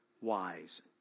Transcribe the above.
wise